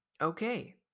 Okay